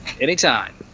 Anytime